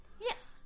Yes